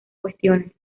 cuestiones